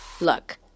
Look